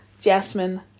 Jasmine